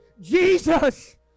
Jesus